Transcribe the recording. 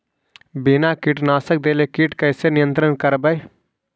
बिना कीटनाशक देले किट कैसे नियंत्रन करबै?